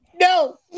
no